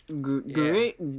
Great